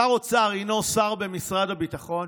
שר אוצר אינו שר במשרד הביטחון,